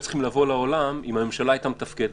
צריכים לבוא לעולם אם הממשלה הייתה מתפקדת.